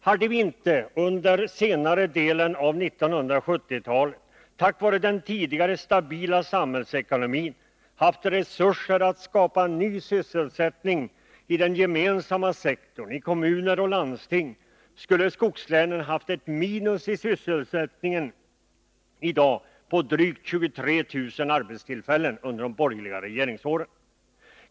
Hade vi inte under senare delen av 1970-talet — tack vare den tidigare stabila samhällsekonomin — haft resurser att skapa ny sysselsättning i den gemensamma sektorn, i kommuner och landsting, skulle skogslänen ha fått ett minus i sysselsättningen på drygt 23 000 arbetstillfällen under de borgerliga regeringsåren.